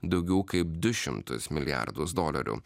daugiau kaip du šimtus milijardus dolerių